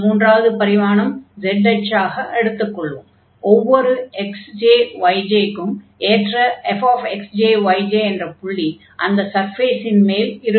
ஒவ்வொரு xj yj க்கும் ஏற்ற fxj yj என்ற புள்ளி அந்த சர்ஃபேஸின் மேல் இருக்கும்